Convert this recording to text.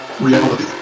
reality